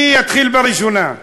אני אתחיל בראשונה.